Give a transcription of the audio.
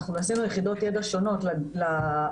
עשינו יחידות ידע שונות לגנים,